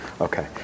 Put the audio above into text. Okay